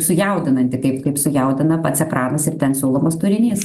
sujaudinanti kaip kaip sujaudina tas ekranas ir ten siūlomas turinys